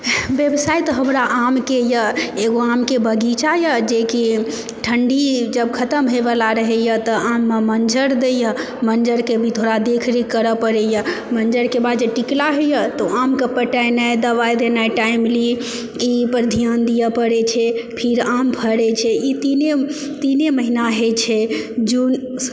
व्यवसाय तऽ हमरा आमके यऽ एगो आमके बगीचा यऽ जेकि ठण्डी जब खतम होएवला रहैए तऽ आममे मञ्जर दैए मञ्जरके भी थोड़ा देख रेख करए पड़ैए मञ्जरके बाद जे टिकला होइए तऽ आमके पटैनाइ दवाइ देनाइ टाइमली ई पर ध्यान दिअऽ पड़ैछै फिर आम फड़ै छै ई तीने तीने महिना होइ छै जून